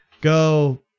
go